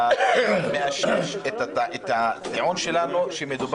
כך זה מאשש את הטיעון שלנו שזה חוק שנועד